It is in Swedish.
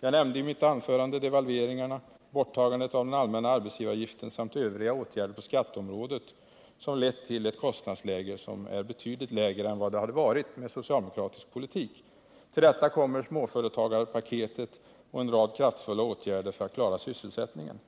Jag nämnde i mitt anförande devalveringarna, borttagandet av den allmänna arbetsgivaravgiften samt övriga åtgärder på skatteområdet som ledde till ett kostnadsläge som är betydligt lägre än vad det hade varit med socialdemokratisk politik. Till detta kommer småföretagarpaketet och en rad kraftfulla åtgärder för att klara sysselsättningen.